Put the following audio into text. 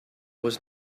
was